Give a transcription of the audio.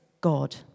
God